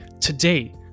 today